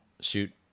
shoot